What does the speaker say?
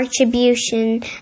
Attribution